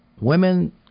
women